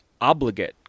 obligate